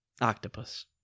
Octopus